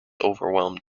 overwhelmed